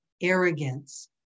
arrogance